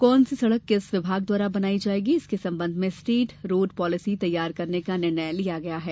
कौन सी सड़क किस विभाग द्वारा बनाई जायेगी इसके संबंध में स्टेट रोड पॉलिसी तैयार करने का निर्णय लिया गया है